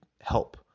help